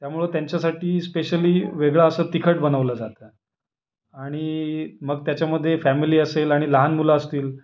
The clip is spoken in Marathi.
त्यामुळं त्यांच्यासाठी स्पेशली वेगळं असं तिखट बनवलं जातं आणि मग त्याच्यामध्ये फॅमिली असेल आणि लहान मुलं असतील